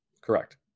Correct